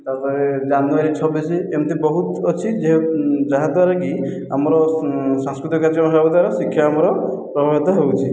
ତାପରେ ଜାନୁଆରୀ ଛବିଶି ଏମିତି ବହୁତ ଅଛି ଯେହେ ଯାହାଦ୍ୱାରାକି ଆମର ସାଂସ୍କୃତିକ କାର୍ଯ୍ୟକ୍ରମ ହେବା ଦ୍ୱାରା ଶିକ୍ଷା ଆମର ପ୍ରଭାବିତ ହେଉଛି